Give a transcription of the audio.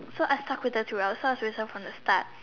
so I stuck with them throughout so I was with them from the start